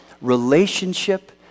relationship